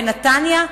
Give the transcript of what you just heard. בנתניה,